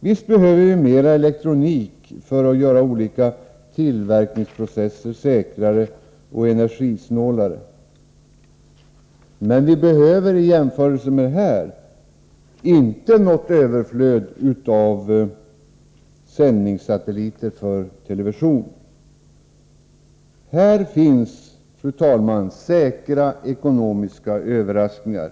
Visst behöver vi mera elektronik för att göra olika tillverkningsprocesser säkrare och energisnålare. Men vi behöver i jämförelse med detta inte något överflöd av sändningssatelliter för television. Fru talman! Här finns säkra ekonomiska överraskningar.